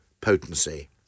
potency